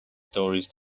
stories